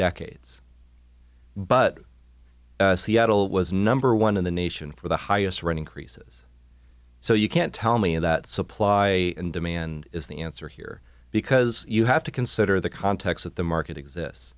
decades but seattle was number one in the nation for the highest run increases so you can't tell me of that supply and demand is the answer here because you have to consider the context that the market exists